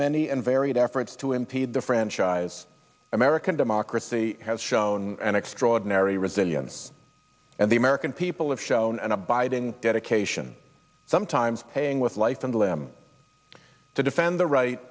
many and varied efforts to impede the franchise american democracy has shown an extraordinary resilience and the american people have shown an abiding dedication sometimes paying with life and limb to defend the right